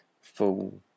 full